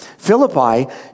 Philippi